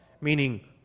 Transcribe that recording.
meaning